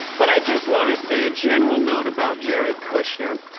but i just want to say a general note about jared kushner.